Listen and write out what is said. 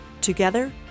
together